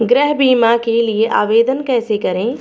गृह बीमा के लिए आवेदन कैसे करें?